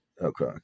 Okay